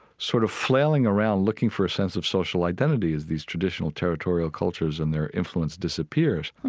sort of flailing around looking for a sense of social identity, as these traditional territorial cultures and their influence disappears.